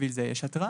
ובשביל זה יש התראה.